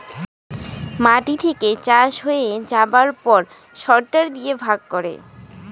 মাটি থেকে চাষ হয়ে যাবার পর সরটার দিয়ে ভাগ করে